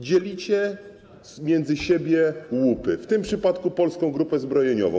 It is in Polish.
Dzielicie między siebie łupy, w tym przypadku Polską Grupę Zbrojeniową.